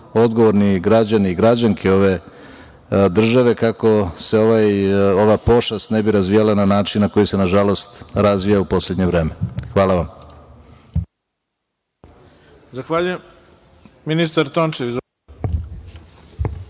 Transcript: odgovorni građani i građanke ove države kako se ova pošast ne bi razvijala na način na koji se nažalost razvija u poslednje vreme. Hvala vam.